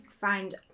find